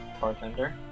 bartender